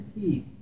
teeth